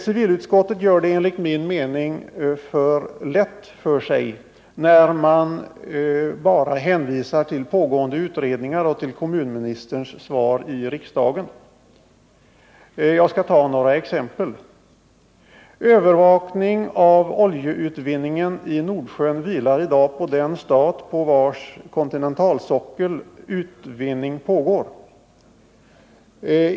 Civilutskottet gör det enligt min mening för lätt för sig när utskottet bara hänvisar till pågående utredningar och till kommunministerns svar i riksdagen. Jag skall ta några exempel. Övervakning av oljeutvinning i Nordsjön vilar i dag på den stat på vars kontinentalsockel utvinningen pågår.